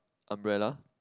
umbrella